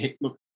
look